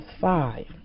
five